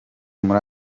muri